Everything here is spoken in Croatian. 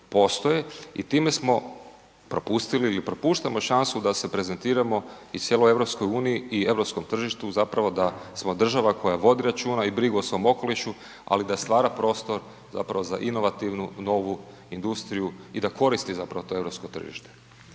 i time smo propustili ili propuštamo šansu da se prezentiramo i cijeloj EU i europskom tržištu zapravo da smo država koja vodi računa i brigu o svom okolišu ali i da stvara prostor zapravo za inovativnu i novu industriju i da koristi zapravo to europsko tržište.